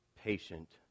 patient